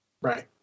Right